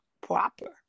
proper